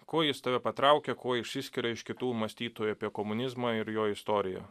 kuo jis tave patraukia kuo išsiskiria iš kitų mąstytojų apie komunizmą ir jo istoriją